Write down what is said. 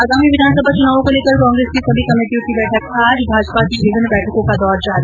आगामी विधानसभा चुनावों को लेकर कांग्रेस की सभी कमेटियों की बैठक आज भाजपा की भी विभिन्न बैठकों का दौर जारी